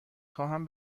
خواهم